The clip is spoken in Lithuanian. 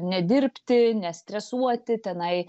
nedirbti nestresuoti tenai